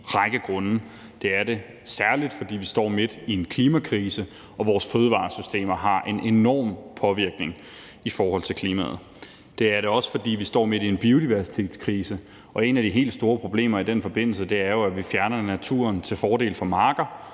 Det er det særlig, fordi vi står midt i en klimakrise, som vores fødevaresystemer har en enorm påvirkning på. Det er det også, fordi vi står midt i en biodiversitetskrise, og et af de helt store problemer i den forbindelse er jo, at vi fjerner naturen til fordel for marker,